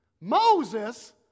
Moses